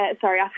Sorry